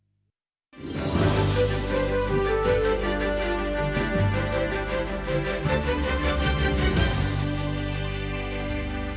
Дякую,